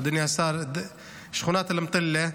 אדוני השר, שכונת אלמטלה,